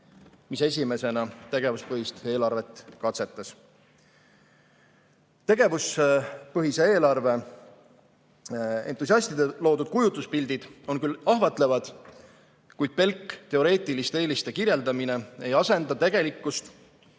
mis esimesena tegevuspõhist eelarvet katsetas. Tegevuspõhise eelarve entusiastide loodud kujutluspildid on küll ahvatlevad, kuid pelk teoreetiliste eeliste kirjeldamine ei asenda tegelikkust